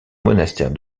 monastère